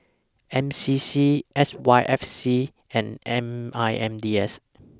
N C C S Y F C and M I N D S